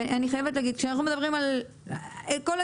אני חייבת להגיד,